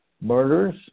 murders